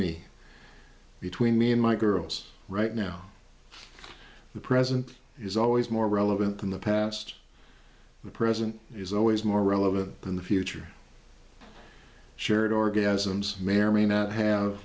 me between me and my girls right now the present is always more relevant than the past the present is always more relevant than the future shared orgasms may or may not have